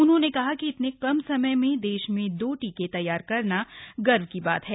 उन्होंने कहा कि इतने कम समय में देश में दो टीके तैयार करना गर्व की बात है